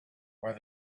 where